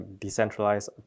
decentralized